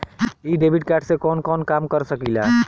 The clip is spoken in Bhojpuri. इ डेबिट कार्ड से कवन कवन काम कर सकिला?